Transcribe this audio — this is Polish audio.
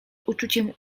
uczuciem